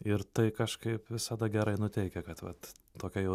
ir tai kažkaip visada gerai nuteikia kad vat tokia jau